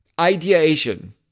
Ideation